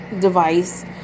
device